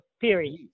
period